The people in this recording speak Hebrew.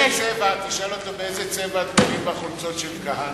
תשאל אותו באיזה צבע הדגלים בחולצות של כהנא.